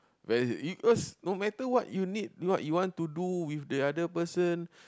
because no matter what you need what you want to do with the other person